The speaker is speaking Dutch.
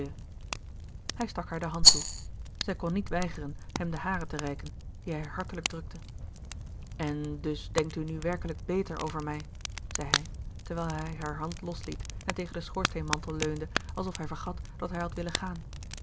hij stak haar de hand toe zij kon niet weigeren hem de hare te reiken die hij hartelijk drukte en dus denkt u nu werkelijk beter over mij zei hij terwijl hij haar hand losliet en tegen den schoorsteen mantel leunde alsof hij vergat dat hij had willen gaan